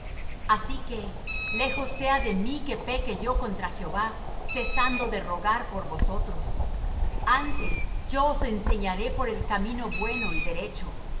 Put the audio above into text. así que lejos sea de mí que peque yo contra jehová cesando de rogar por vosotros antes yo os enseñaré por el camino bueno y derecho solamente temed á